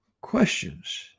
questions